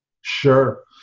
Sure